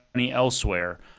elsewhere